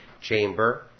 Chamber